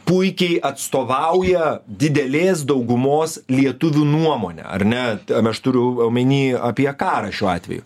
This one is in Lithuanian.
puikiai atstovauja didelės daugumos lietuvių nuomonę ar net aš turiu omeny apie karą šiuo atveju